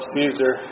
Caesar